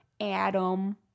adam